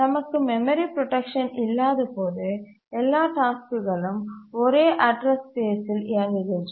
நமக்கு memory protection இல்லாதபோது எல்லா டாஸ்க்குகளும் ஒரே அட்ரஸ் ஸ்பேஸ்சில் இயங்குகின்றன